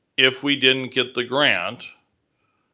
if we didn't get the grant,